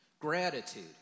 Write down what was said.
Gratitude